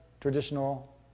traditional